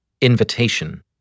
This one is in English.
Invitation